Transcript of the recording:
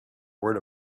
word